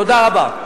תודה רבה.